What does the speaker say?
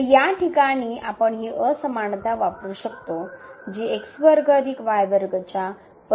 तर या ठिकाणी आपण ही असमानता वापरू शकतो जे च्या परिपूर्ण मूल्यापेक्षा मोठे आहे